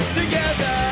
together